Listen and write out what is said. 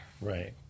Right